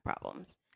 problems